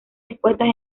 dispuestas